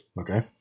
Okay